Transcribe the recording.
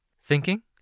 Thinking